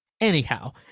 anyhow